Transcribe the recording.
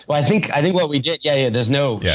but i think i think what we did. yeah, yeah. there's no, yeah